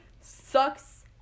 sucks